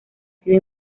sido